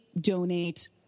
donate